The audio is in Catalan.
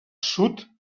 sud